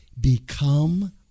become